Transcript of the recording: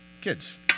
Kids